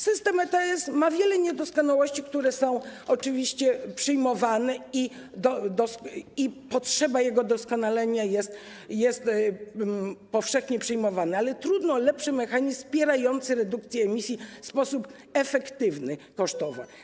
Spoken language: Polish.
System ETS ma wiele niedoskonałości, które są oczywiście przyjmowane i potrzeba jego doskonalenia jest powszechnie uznawana, ale trudno o lepszy mechanizm wspierający redukcję emisji w sposób efektywny kosztowo.